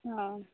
ᱚᱻ